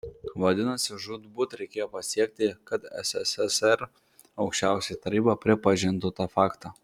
vadinasi žūtbūt reikėjo pasiekti kad sssr aukščiausioji taryba pripažintų tą faktą